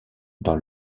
dans